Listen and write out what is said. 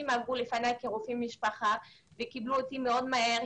עלו לפניי כרופאי משפחה וקיבלו אותי מאוד מהר.